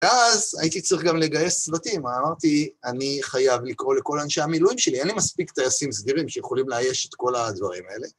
ואז הייתי צריך גם לגייס צוותים, אמרתי אני חייב לקרוא לכל אנשי המילואים שלי, אין לי מספיק טייסים סדירים שיכולים לאייש את כל הדברים האלה.